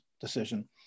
decision